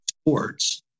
sports